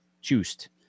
juiced